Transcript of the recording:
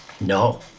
No